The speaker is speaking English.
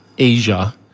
Asia